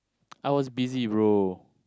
I was busy bro